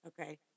Okay